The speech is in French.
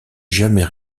jamais